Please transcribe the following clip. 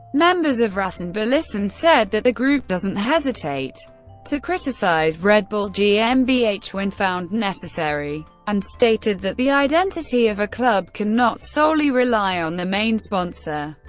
members of rasenballisten said that the group doesn't hesitate to criticize red bull gmbh, when found necessary, and stated that the identity of a club can not solely rely on the main sponsor.